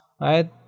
right